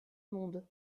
monde